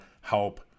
help